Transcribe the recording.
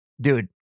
Dude